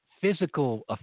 physical